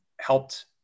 helped